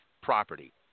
property